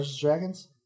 Dragons